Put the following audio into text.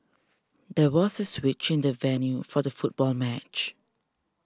there was a switch in the venue for the football match